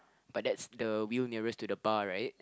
but that's the will nearest to the bar right